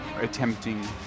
attempting